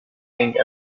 thing